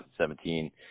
2017